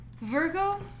virgo